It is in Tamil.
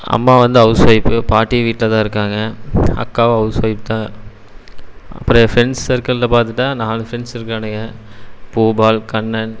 அம்மா வந்து ஹவுஸ்ஒய்ஃபு பாட்டி வீட்டில் தான் இருக்காங்க அக்காவும் ஹவுஸ்ஒய்ஃப் தான் அப்புறம் ஏன் ஃப்ரெண்ட்ஸ் சர்க்கிளில் பார்த்துட்டா நாலு ஃப்ரெண்ட்ஸ் இருக்கானுங்க பூபால் கண்ணன்